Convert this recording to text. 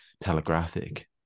telegraphic